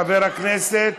חבר הכנסת